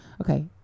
Okay